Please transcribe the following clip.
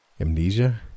amnesia